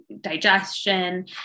digestion